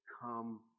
come